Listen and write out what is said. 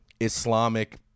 Islamic